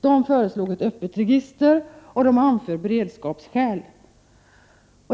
Man föreslår ett öppet register och anför beredskapsskäl.